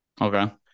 okay